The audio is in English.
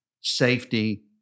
safety